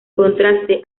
contraste